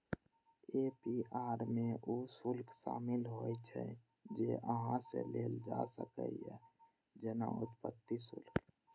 APR मे ऊ शुल्क शामिल होइ छै, जे अहां सं लेल जा सकैए, जेना उत्पत्ति शुल्क